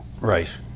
Right